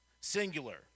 singular